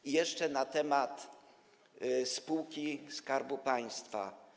I jeszcze na temat spółki Skarbu Państwa.